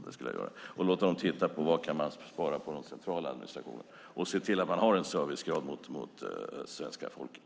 Jag skulle låta dem titta på vad man kan spara på den centrala administrationen och se till att man har en god servicegrad mot svenska folket.